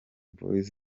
boyz